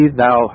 thou